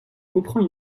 comprend